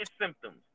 symptoms